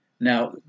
Now